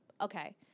Okay